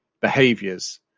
behaviors